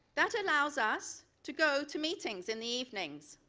that allows us to go to meetings in the evenings.